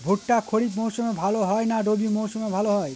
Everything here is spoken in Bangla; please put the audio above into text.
ভুট্টা খরিফ মৌসুমে ভাল হয় না রবি মৌসুমে ভাল হয়?